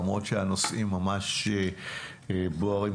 למרות שהנושאים ממש בוערים.